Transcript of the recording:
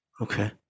Okay